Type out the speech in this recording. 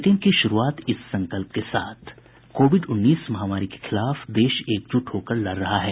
bulletin की शुरूआत से पहले ये संकल्प कोविड उन्नीस महामारी के खिलाफ देश एकजुट होकर लड़ रहा है